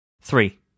Three